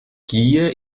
gier